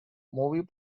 movie